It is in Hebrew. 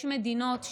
יש מדינות,